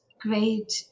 great